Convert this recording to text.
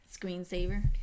screensaver